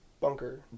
bunker